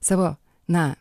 savo na